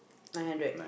nine hundred